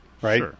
right